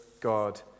God